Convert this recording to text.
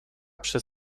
przez